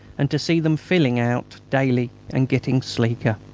and to see them filling out daily and getting sleeker!